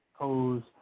pose